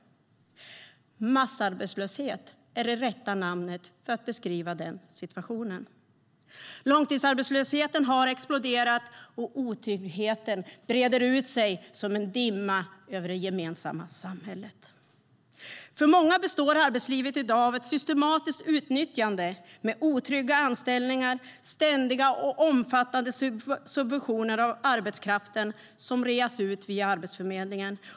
Massarbetslöshet är det rätta namnet för att beskriva den situationen. Långtidsarbetslösheten har exploderat, och otryggheten breder ut sig som en dimma över det gemensamma samhället. För många består arbetslivet i dag av ett systematiskt utnyttjande med otrygga anställningar och ständiga och omfattande subventioner av arbetskraften som reas ut via Arbetsförmedlingen.